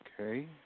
Okay